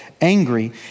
angry